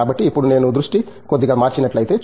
కాబట్టి ఇప్పుడు నేను దృష్టి కొద్దిగా మార్చినట్లయితే